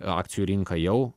akcijų rinka jau